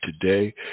today